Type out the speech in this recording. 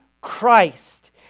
Christ